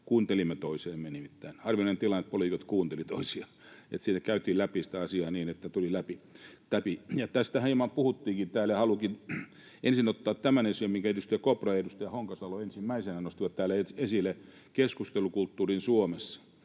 Kuuntelimme toisiamme nimittäin. Harvinainen tilanne, että poliitikot kuuntelivat toisiaan. Siinä käytiin läpi sitä asiaa niin, että se tuli läpi. Ja tästähän hieman puhuttiinkin täällä, ja haluankin ensin ottaa esille tämän, minkä edustaja Kopra ja edustaja Honkasalo ensimmäisinä nostivat täällä esille: keskustelukulttuurin Suomessa.